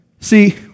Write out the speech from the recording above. See